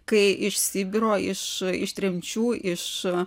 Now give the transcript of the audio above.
kai iš sibiro iš iš tremčių iš